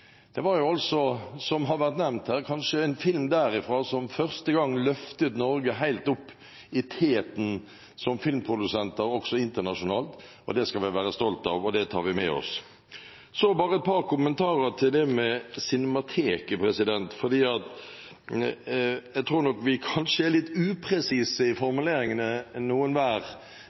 Det var altså, som det har vært nevnt her, kanskje en film derfra som for første gang løftet Norge helt opp i teten som filmprodusenter også internasjonalt. Det skal vi være stolte av, og det tar vi med oss. Så bare et par kommentarer til det med Cinemateket. Jeg tror nok vi kanskje er litt upresise i